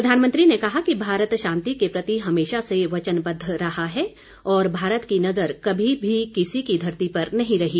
प्रधानमंत्री ने कहा कि भारत शांति के प्रति हमेशा से वचनबद्ध रहा है और भारत की नज़र कभी भी किसी की धरती पर नहीं रही